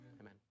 Amen